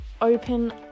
open